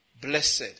blessed